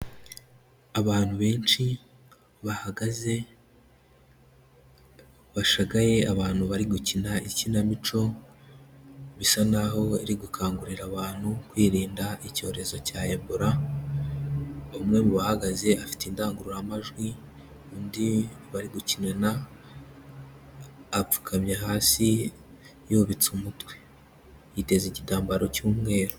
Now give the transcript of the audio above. Abantu benshi bahagaze, bashagaye abantu bari gukina ikinamico, bisa naho bari gukangurira abantu kwirinda icyorezo cya Ebola, umwe mu bahagaze afite indangururamajwi, undi bari gukinana apfukamye hasi yubitse umutwe, yiteze igitambaro cy'umweru.